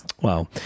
Wow